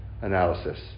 analysis